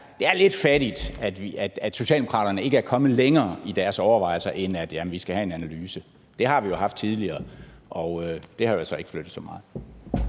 det er lidt fattigt, at Socialdemokraterne ikke er kommet længere i deres overvejelser, end at vi skal have en analyse. Det har vi haft tidligere, og det har jo altså ikke flyttet så meget.